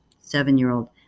seven-year-old